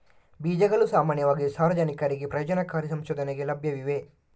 ಬೀಜಗಳು ಸಾಮಾನ್ಯವಾಗಿ ಸಾರ್ವಜನಿಕರಿಗೆ ಪ್ರಯೋಜನಕಾರಿ ಸಂಶೋಧನೆಗೆ ಲಭ್ಯವಿವೆ